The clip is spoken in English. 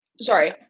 Sorry